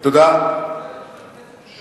חשוב שהכנסת תלווה את זה.